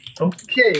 Okay